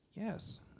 Yes